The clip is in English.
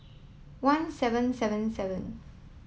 one seven seven seven